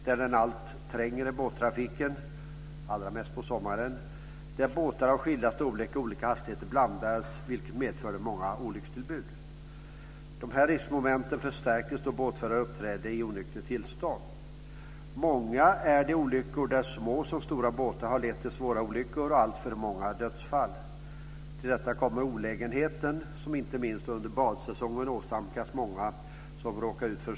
Båttrafiken gjorde vattnen allt trängre - allra mest på sommaren. Båtar av skilda storlekar och med olika hastigheter blandas, vilket medförde många olyckstillbud. De här riskmomenten förstärktes då båtförare uppträdde i onyktert tillstånd. Många gånger har såväl små som stora båtar varit inblandade i svåra olyckor som lett till alltför många dödsfall. Till detta kommer olägenheten med s.k. buskörning, som många inte minst under badsäsongen råkar ut för.